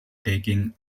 taking